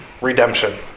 redemption